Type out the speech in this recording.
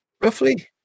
roughly